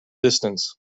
distance